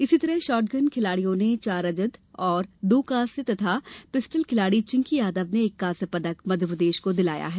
इसी तरह शाटगन खिलाड़ियों ने चार रजत एवं दो कांस्य तथा पिस्टल खिलाड़ी चिंकी यादव ने एक कांस्य पदक मध्यप्रदेश को दिलाया है